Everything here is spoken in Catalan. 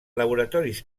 laboratoris